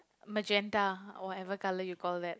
magenta whatever colour you call that